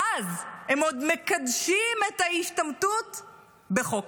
ואז הם עוד מקדשים את ההשתמטות בחוק,